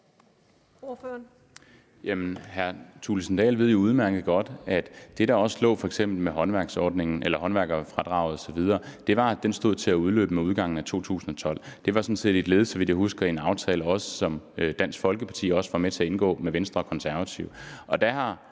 hr. Thulesen Dahl ved jo udmærket godt, at det, der også lå f.eks. i håndværkerfradraget osv., var, at det stod til at udløbe med udgangen af 2012. Det var sådan set, så vidt jeg husker, et led i en aftale, som Dansk Folkeparti var med til at indgå sammen med Venstre og Konservative.